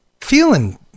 feeling